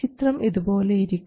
ചിത്രം ഇതുപോലെ ഇരിക്കും